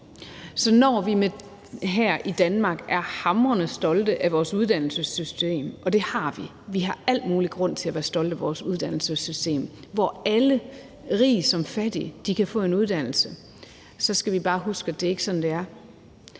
Så når vi her i Danmark er hamrende stolte af vores uddannelsessystem – og vi har al mulig grund til at være stolte af vores uddannelsessystem, hvor alle, rig som fattig, kan få en uddannelse – skal vi bare huske på, at det ikke er sådan, det er.